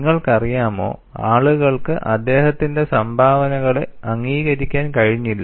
നിങ്ങൾക്കറിയാമോ ആളുകൾക്ക് അദ്ദേഹത്തിന്റെ സംഭാവനകളെ അംഗീകരിക്കാൻ കഴിഞ്ഞില്ല